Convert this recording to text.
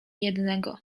jednego